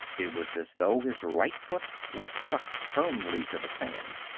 it was as though his right foot were stuck firmly to the sand!